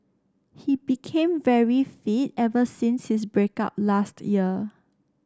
he became very fit ever since his break up last year